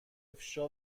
افشا